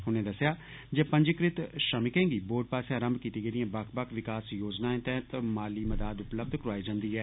उनें दस्सेया जे पंजीकृत श्रमिकें गी बोर्ड पास्सेया रम्भ कीती गेदियं बक्ख बक्ख विकास योजनाएं तैहत माली मदाद उपलब्ध करोआई जंदी ऐ